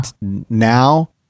now